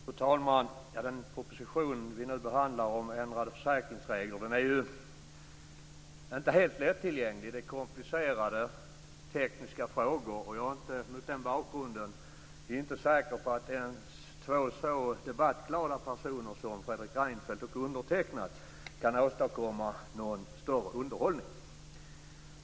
Fru talman! Den proposition som vi nu behandlar om ändrade försäkringsregler är inte helt lättillgänglig. Det är komplicerade tekniska frågor. Jag är mot den bakgrunden inte säker på att ens två så debattglada personer som Fredrik Reinfeldt och undertecknad kan åstadkomma någon större underhållning.